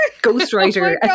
ghostwriter